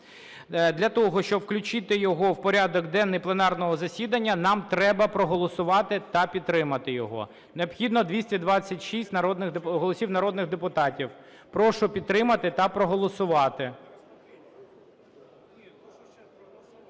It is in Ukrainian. Для того, щоб включити його в порядок денний пленарного засідання нам треба проголосувати та підтримати його, необхідно 226 голосів народних депутатів. Прошу підтримати та проголосувати.